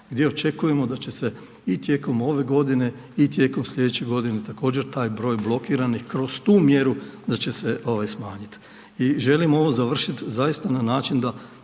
gdje očekujemo da će se i tijekom ove godine i tijekom sljedeće godine također taj broj blokiranih kroz tu mjeru da će se smanjiti. I želim ovo završiti zaista na način da